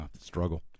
struggle